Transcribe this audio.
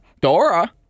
Dora